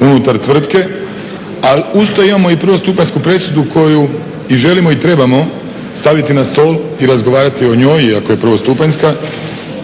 unutar tvrtke, ali uz to imamo i prvostupanjsku presudu koju i želimo i trebamo staviti na stol i razgovarati o njoj iako je prvostupanjska,